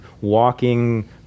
walking